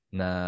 na